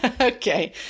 Okay